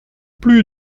plus